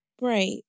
Right